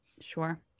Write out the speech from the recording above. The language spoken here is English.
Sure